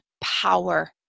power